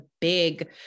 big